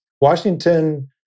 Washington